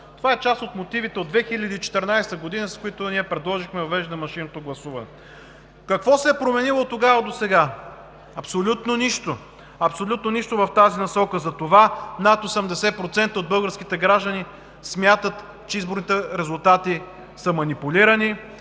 Това са част от мотивите от 2014 г., с които ние предложихме въвеждането на машинно гласуване. Какво се е променило оттогава досега? Абсолютно нищо в тази насока и затова над 80% от българските граждани смятат, че изборните резултати са манипулирани,